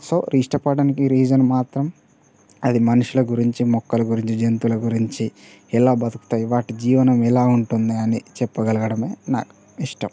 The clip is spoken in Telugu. సో ఇష్టపడటానికి రీజన్ మాత్రం అది మనుషుల గురించి మొక్కల గురించి జంతువుల గురించి ఎలా బతుకుతాయి వాటి జీవనం ఎలా ఉంటుందని చెప్పగలగడమే నాకు ఇష్టం